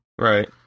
Right